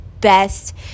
best